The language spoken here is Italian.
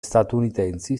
statunitensi